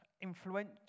influential